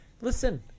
Listen